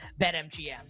BetMGM